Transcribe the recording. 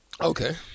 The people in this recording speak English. Okay